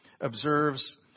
observes